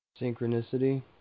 Synchronicity